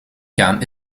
gaan